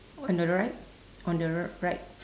on the right on the r~ right